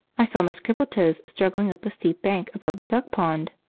i saw miss crippletoes struggling up the steep bank above the duck-pond.